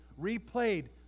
replayed